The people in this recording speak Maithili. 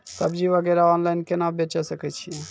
सब्जी वगैरह ऑनलाइन केना बेचे सकय छियै?